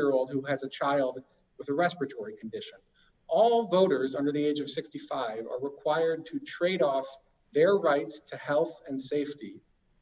year old who has a child with a respiratory condition all voters under the age of sixty five are required to trade off their rights to health and safety